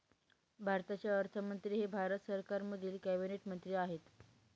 भारताचे अर्थमंत्री हे भारत सरकारमधील कॅबिनेट मंत्री आहेत